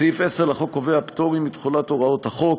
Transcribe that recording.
סעיף 10 לחוק קובע פטורים מתחולת הוראת החוק.